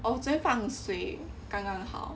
oh 我昨天放水刚刚好